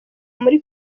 muri